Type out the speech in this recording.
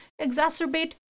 exacerbate